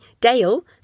Dale